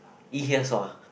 eat here sua